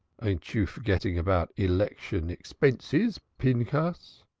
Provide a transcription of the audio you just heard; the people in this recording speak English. ain't you forgetting about election expenses, pinchas?